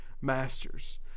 masters